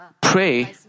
pray